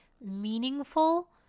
meaningful